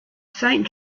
saint